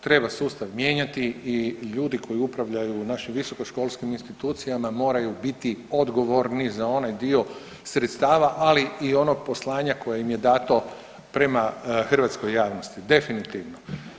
Treba sustav mijenjati i ljudi koji upravljaju našim visoko školskim institucijama moraju biti odgovorni za onaj dio sredstava ali i onog poslanja koje im je dato prema hrvatskoj javnosti definitivno.